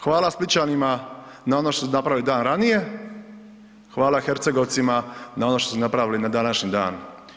Hvala Splićanima na onom što su napravili dan ranije, hvala Hercegovcima na ono što su napravili na današnji dan.